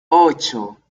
ocho